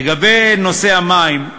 לגבי נושא המים,